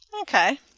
Okay